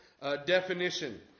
definition